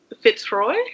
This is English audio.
Fitzroy